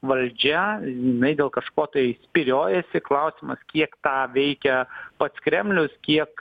valdžia jinai dėl kažko tai spyriojasi klausimas kiek tą veikia pats kremlius kiek